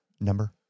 number